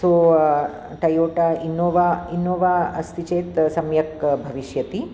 सो Toyota Innova Innova अस्ति चेत् सम्यक् भविष्यति